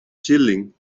chilling